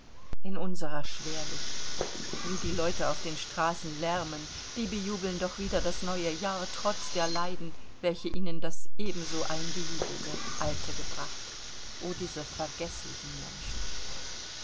in unserer schwerlich wie die leute auf den straßen lärmen die bejubeln doch wieder das neue jahr trotz der leiden welche ihnen das ebenso eingejubelte alte gebracht o diese vergeßlichen menschen